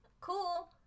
cool